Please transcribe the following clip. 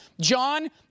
John